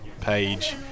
page